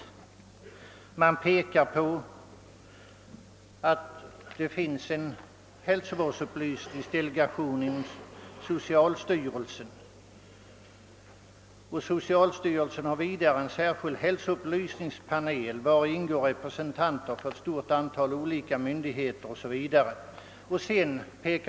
Utskottet hänvisar till att det inom socialstyrelsen finns en hälsovårdsupplysningsdelegation och att socialstyrelsen dessutom har en särskild hälsovårdsupplysningspanel vari ingår representanter för ett stort antal olika myndigheter, organisationer och institutioner.